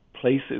places